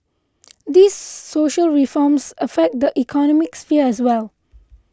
these social reforms affect the economic sphere as well